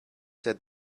said